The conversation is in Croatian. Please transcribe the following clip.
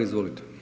Izvolite.